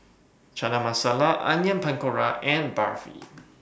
Chana Masala Onion Pakora and Barfi